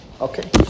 Okay